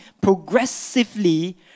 progressively